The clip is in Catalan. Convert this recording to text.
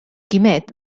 quimet